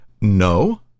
No